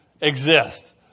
exist